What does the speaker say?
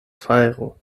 fajro